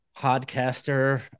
podcaster